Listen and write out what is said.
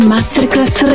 Masterclass